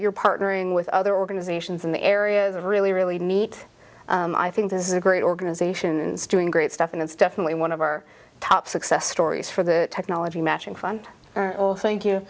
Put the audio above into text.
you're partnering with other organizations in the area is a really really neat i think is a great organization and string great stuff and it's definitely one of our top success stories for the technology matching fund thank you